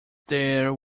there